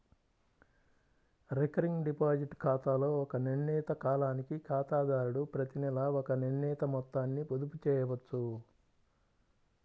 recurring deposit ఖాతాలో ఒక నిర్ణీత కాలానికి ఖాతాదారుడు ప్రతినెలా ఒక నిర్ణీత మొత్తాన్ని పొదుపు చేయవచ్చు